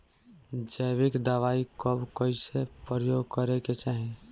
जैविक दवाई कब कैसे प्रयोग करे के चाही?